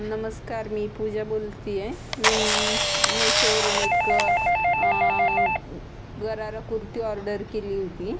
नमस्कार मी पूजा बोलत आहे मी ना मेशोवरून एक गरारा कुर्ती ऑर्डर केली होती